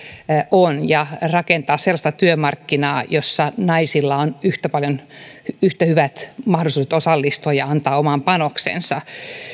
on ja rakentaa sellaista työmarkkinaa jossa naisilla on yhtä hyvät mahdollisuudet osallistua ja antaa oma panoksensa